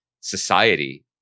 society